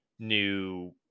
new